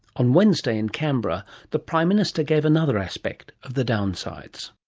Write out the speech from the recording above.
on wednesday in canberra the prime minister gave another aspect of the downsides.